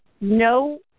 no